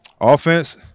Offense